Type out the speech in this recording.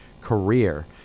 career